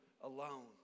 alone